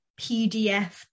pdf